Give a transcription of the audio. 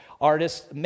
artists